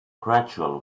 gradual